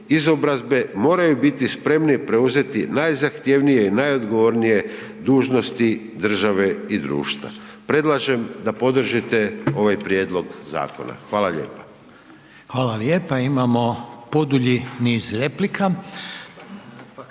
izobrazbe moraju biti spremni preuzeti najzahtjevnije i najodgovornije dužnosti države i društva. Predlažem da podržite ovaj prijedlog zakona, hvala lijepa.